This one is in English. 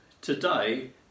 today